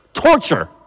torture